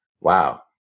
Wow